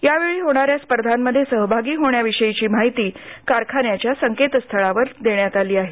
या वेळी होणाऱ्या स्पर्धांमध्ये सहभागी होण्याविषयी माहिती कारखान्याच्या संकेतस्थळावर देण्यात आली आहे